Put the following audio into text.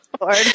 lord